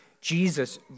Jesus